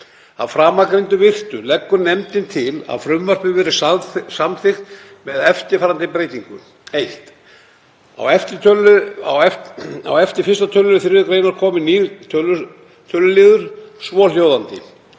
Að framangreindu virtu leggur nefndin til að frumvarpið verði samþykkt með eftirfarandi breytingu: 1. Á eftir 1. tölulið 3. gr. komi nýr töluliður, svohljóðandi: